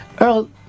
Earl